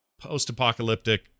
post-apocalyptic